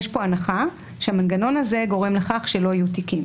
יש פה הנחה שהמנגנון הזה גורם לכך שלא יהיו תיקים.